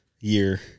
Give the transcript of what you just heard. Year